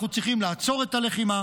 אנחנו צריכים לעצור את הלחימה,